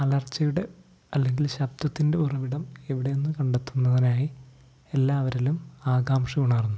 അലർച്ചയുടെ അല്ലെങ്കിൽ ശബ്ദത്തിൻ്റെ ഉറവിടം എവിടെ എന്നു കണ്ടെത്തുന്നതിനായി എല്ലാവരിലും ആകാംക്ഷയുണർന്നു